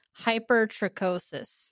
Hypertrichosis